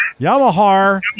Yamaha